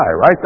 right